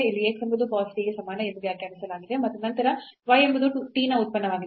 ಇಲ್ಲಿ x ಎಂಬುದು cos t ಗೆ ಸಮಾನ ಎಂದು ವ್ಯಾಖ್ಯಾನಿಸಲಾಗಿದೆ ಮತ್ತು ನಂತರ y ಎಂಬುದು t ನ ಉತ್ಪನ್ನವಾಗಿದೆ